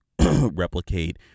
replicate